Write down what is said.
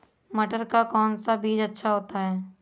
मटर का कौन सा बीज अच्छा होता हैं?